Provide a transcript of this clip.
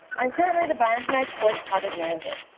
i'm currently the bioinformatics course project manager,